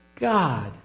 God